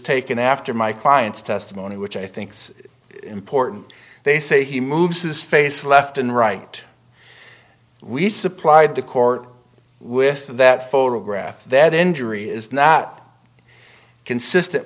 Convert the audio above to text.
taken after my client's testimony which i think's important they say he moves his face left and right we supplied the court with that photograph that injury is not consistent